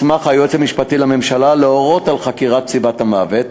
היועץ המשפטי לממשלה מוסמך להורות על חקירת סיבת המוות,